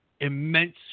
immense